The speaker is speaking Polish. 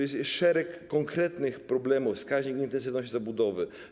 Jest szereg konkretnych problemów - wskaźnik intensywności zabudowy.